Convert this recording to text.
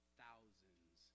thousands